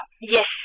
Yes